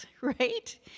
right